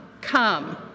come